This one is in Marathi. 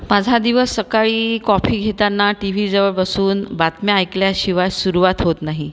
माझा दिवस सकाळी कॉफी घेताना टिव्हीजवळ बसून बातम्या ऐकल्याशिवाय सुरुवात होत नाही